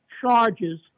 charges